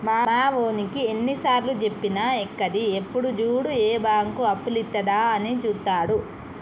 మావోనికి ఎన్నిసార్లుజెప్పినా ఎక్కది, ఎప్పుడు జూడు ఏ బాంకు అప్పులిత్తదా అని జూత్తడు